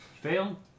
Fail